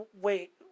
Wait